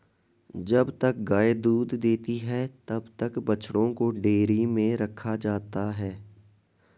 जब तक गाय दूध देती है तब तक बछड़ों को डेयरी में रखा जाता है